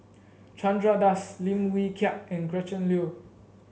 Chandra Das Lim Wee Kiak and Gretchen Liu